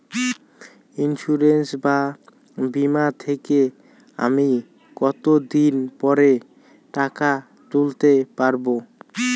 Insurance বা বিমা থেকে আমি কত দিন পরে টাকা তুলতে পারব?